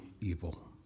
evil